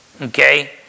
Okay